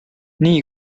nii